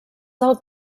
del